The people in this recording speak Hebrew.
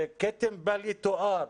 זה כתם בל יתואר.